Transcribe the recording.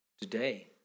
Today